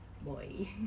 boy